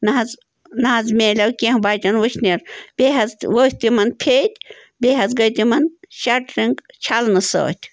نَہ حظ نَہ حظ مِلیو کیٚنٛہہ بَچَن وٕشنیر بیٚیہِ حظ ؤتھۍ تِمَن پھیٚدۍ بیٚیہِ حظ گٔے تِمَن شَٹرِنٛگ چھَلنہٕ سۭتۍ